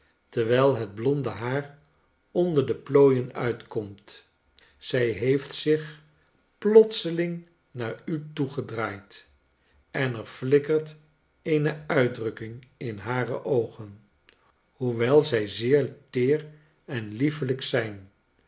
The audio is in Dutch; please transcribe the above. terwijl het blonde haar onder de plooien uitkomt zij heeft zich plotseling naar u toegedraaid en er flikkert eene uitdrukking in hare oogen hoewel zij zeer teer en liefelijk zijn